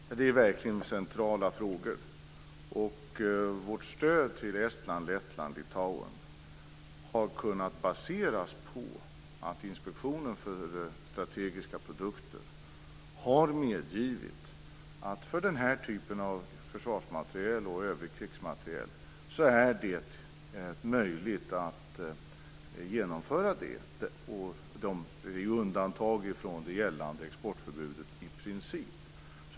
Fru talman! Det är verkligen centrala frågor. Vårt stöd till Estland, Lettland och Litauen har kunnat baseras på att Inspektionen för strategiska produkter har medgivit ett genomförande vad gäller denna typ av försvarsmateriel och övrig krigsmateriel. Man medger i princip undantag från det gällande exportförbudet.